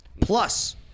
Plus